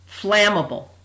flammable